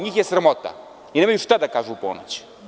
Njih je sramota i oni nemaju šta da kažu u ponoć.